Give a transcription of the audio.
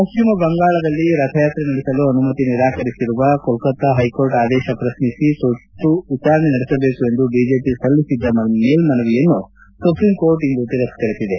ಪಶ್ಚಿಮ ಬಂಗಾಳದಲ್ಲಿ ರಥಯಾತ್ರೆ ನಡೆಸಲು ಅನುಮತಿ ನಿರಾಕರಿಸಿರುವ ಕಲ್ಕತ್ತಾ ಹೈಕೋರ್ಟ್ ಆದೇಶ ಪ್ರಶ್ನಿಸಿ ತುರ್ತು ವಿಚಾರಣೆ ನಡೆಸಬೇಕು ಎಂದು ಬಿಜೆಪಿ ಸಲ್ಲಿಸಿದ್ದ ಮೇಲ್ನನಿಯನ್ನು ಸುಪ್ರೀಂ ಕೋರ್ಟ್ ಇಂದು ತಿರಸ್ತರಿಸಿದೆ